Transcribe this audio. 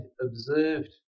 observed